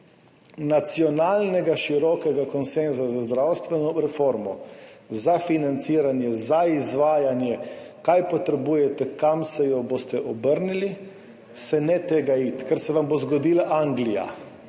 nacionalnega konsenza za zdravstveno reformo, za financiranje, za izvajanje, kaj potrebujete, kam jo boste obrnili, se ne tega iti. Ker se vam bo zgodila Anglija.«